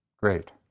Great